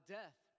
death